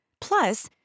Plus